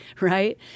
right